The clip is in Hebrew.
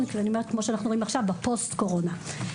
כמו שאנחנו רואים עכשיו בפוסט קורונה.